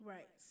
Right